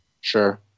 Sure